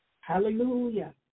hallelujah